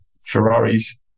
Ferrari's